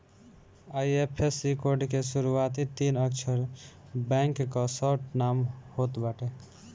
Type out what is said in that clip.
IFSC code के शुरूआती तीन अक्षर बैंक कअ शार्ट नाम होत बाटे